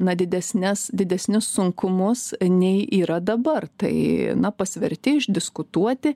na didesnes didesnius sunkumus nei yra dabar tai na pasverti išdiskutuoti